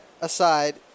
aside